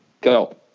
go